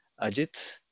Ajit